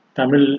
Tamil